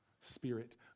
Spirit